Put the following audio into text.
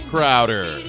Crowder